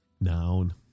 Noun